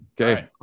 Okay